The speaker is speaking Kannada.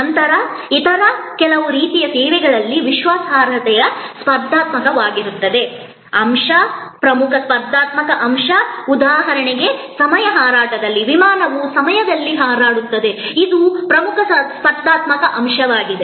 ನಂತರ ಇತರ ಕೆಲವು ರೀತಿಯ ಸೇವೆಗಳಲ್ಲಿ ವಿಶ್ವಾಸಾರ್ಹತೆಯು ಸ್ಪರ್ಧಾತ್ಮಕವಾಗಿರುತ್ತದೆ ಅಂಶ ಪ್ರಮುಖ ಸ್ಪರ್ಧಾತ್ಮಕ ಅಂಶ ಉದಾಹರಣೆಗೆ ವಿಮಾನ ಹಾರಾಟ ಸರಿಯಾದ ಸಮಯದಲ್ಲಿ ಇರುತ್ತದೆ